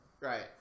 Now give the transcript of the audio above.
Right